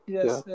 Yes